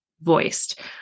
voiced